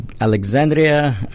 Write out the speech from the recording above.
Alexandria